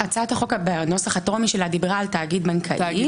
הצעת החוק בנוסח הטרומי שלה דיברה על תאגיד בנקאי,